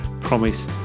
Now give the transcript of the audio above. promise